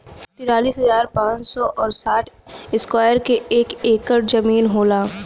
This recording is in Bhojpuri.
तिरालिस हजार पांच सौ और साठ इस्क्वायर के एक ऐकर जमीन होला